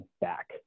back